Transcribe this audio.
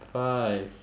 five